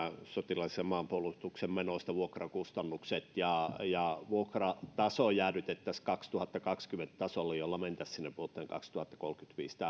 ja maanpuolustuksen menoista nämä vuokrakustannukset ja ja vuokrataso jäädytettäisiin vuoden kaksituhattakaksikymmentä tasolle jolla mentäisiin vuoteen